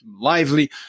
lively